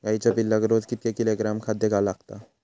गाईच्या पिल्लाक रोज कितके किलोग्रॅम खाद्य लागता?